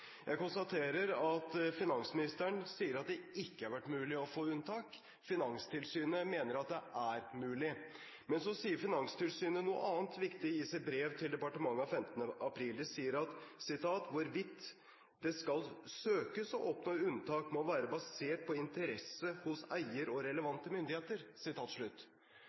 Jeg konstaterer at finansministeren sier at det ikke har vært mulig å få unntak. Finanstilsynet mener at det er mulig. Men så sier Finanstilsynet noe annet viktig i sitt brev til departementet av 15. april: «Hvorvidt det skal søkes å oppnå unntak må være basert på interesse hos eiere og relevante myndigheter.»